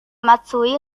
matsui